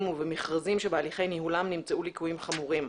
ובמכרזים שבהליכי ניהולם נמצאו ליקויים חמורים.